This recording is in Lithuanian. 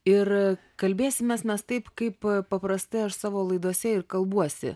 ir kalbėsimės mes taip kaip paprastai aš savo laidose ir kalbuosi